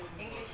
English